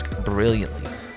brilliantly